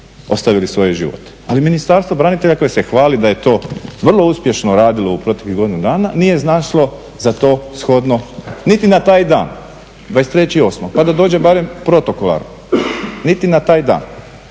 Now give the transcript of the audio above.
ostavili svoj živote. Ali Ministarstvo branitelja koje se hvali da je to vrlo uspješno radilo u proteklih godinu dana nije iznašlo za to shodno niti na taj dan 23.8. pa da dođe barem protokolarno, niti na taj dan.